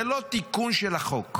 זה לא תיקון של החוק,